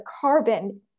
carbon